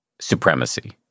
supremacy